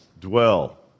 Dwell